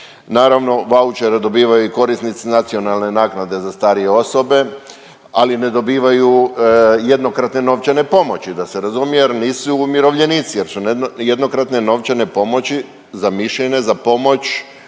naravno vaučere dobivaju i korisnici nacionalne naknade za starije osobe, ali ne dobivaju jednokratne novčane pomoći, da se razumije jer nisu umirovljenici jer su jednokratne novčane pomoći zamišljene za pomoć